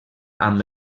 amb